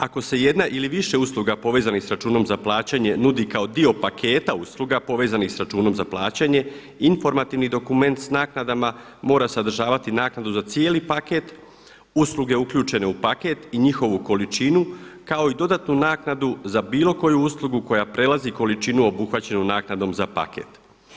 Ako se jedna ili više usluga povezanih sa računom za plaćanje nudi kao dio paketa usluga povezanih sa računom za plaćanje informativni dokument sa naknadama mora sadržavati naknadu za cijeli paket, usluge uključene u paket i njihovu količinu kao i dodatnu naknadu za bilo koju uslugu koja prelazi količinu obuhvaćenu naknadom za paket.